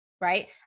right